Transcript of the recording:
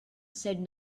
said